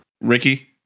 Ricky